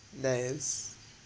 nice